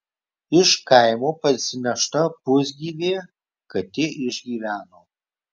iš kaimo parsinešta pusgyvė katė išgyveno